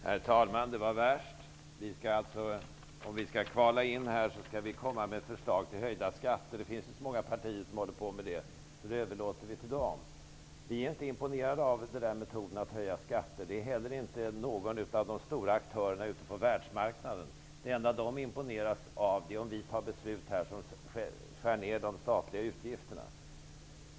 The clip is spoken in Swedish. Herr talman! Det var värst! Om vi skall kvala in här i riksdagen skall vi komma med förslag till höjda skatter! Det finns redan många partier som håller på med det. Det överlåter vi till dem. Vi i Ny demokrati är inte imponerade av metoden att höja skatter. Det är heller inte någon av de stora aktörerna ute på världsmarknaden. Det enda de imponeras av är att vi fattar beslut här i kammaren om att skära ned de statliga utgifterna.